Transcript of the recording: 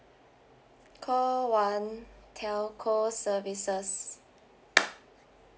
call one telco services